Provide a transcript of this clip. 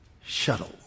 shuttle